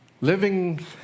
living